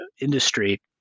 industry